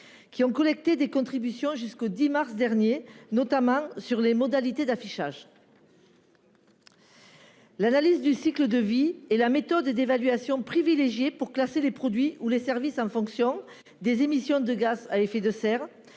qui ont collecté des contributions jusqu'au 10 mars dernier, notamment sur les modalités d'affichage. L'analyse du cycle de vie est la méthode d'évaluation privilégiée pour classer les produits ou les services, en fonction des émissions de gaz à effet de serre,